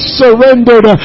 surrendered